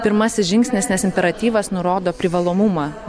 pirmasis žingsnis nes imperatyvas nurodo privalomumą